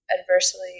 adversely